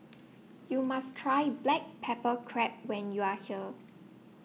YOU must Try Black Pepper Crab when YOU Are here